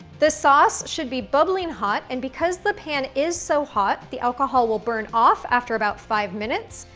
the sauce should be bubbling hot. and because the pan is so hot, the alcohol will burn off after about five minutes.